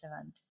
event